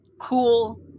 cool